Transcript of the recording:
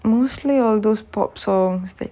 mostly all those pop songs that